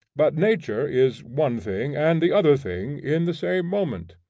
but nature is one thing and the other thing, in the same moment.